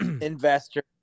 investor